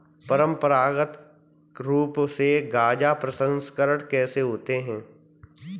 परंपरागत रूप से गाजा प्रसंस्करण कैसे होता है?